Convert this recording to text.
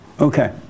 Okay